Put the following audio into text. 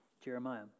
Jeremiah